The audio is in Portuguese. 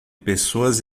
pessoas